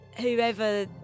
whoever